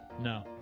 No